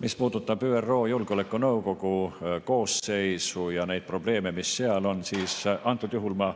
Mis puudutab ÜRO Julgeolekunõukogu koosseisu ja neid probleeme, mis seal on, siis praegusel juhul ma